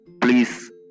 please